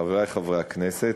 חברי חברי הכנסת,